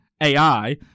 AI